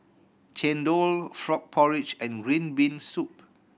chendol frog porridge and green bean soup